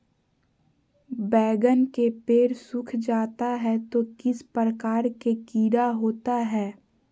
बैगन के पेड़ सूख जाता है तो किस प्रकार के कीड़ा होता है?